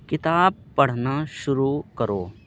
کتاب پڑھنا شروع کرو